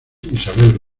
isabel